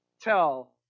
tell